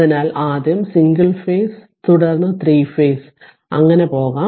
അതിനാൽ ആദ്യം single phase തുടർന്ന് 3 ഫേസ് അങ്ങനെ പോകാം